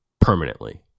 permanently